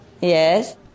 yes